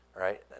right